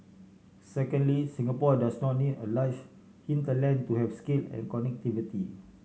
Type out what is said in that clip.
secondly Singapore does not need a large hinterland to have scale and connectivity